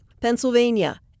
Pennsylvania